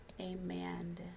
Amen